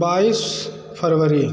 बाईस फरवरी